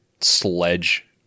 sledge